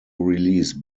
release